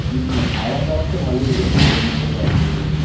দেখুন না খাবার দাবার তো ভালোই হোক ভালো না করলে অসুবিধা হয়ে যাবে